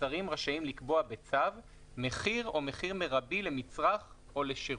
"השרים רשאים לקבוע בצו מחיר או מחיר מרבי למצרך או לשירות".